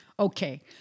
Okay